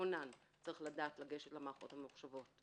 הכונן צריך לדעת לגשת למערכות הממוחשבות,